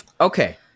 Okay